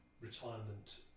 retirement